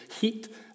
heat